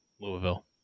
Louisville